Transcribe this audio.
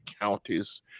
counties